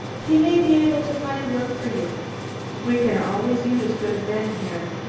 he may be able to find work for you we can always use good men here.